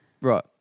Right